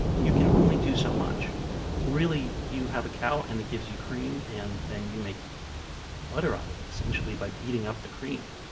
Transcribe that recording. you can only do so much you have a cow, and it gives you cream, and then you make butter out of it, essentially by beating up the cream.